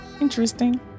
interesting